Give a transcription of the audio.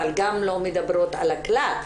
אבל גם לא מדברות על הכלל.